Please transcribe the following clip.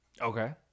Okay